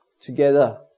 together